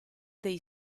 dei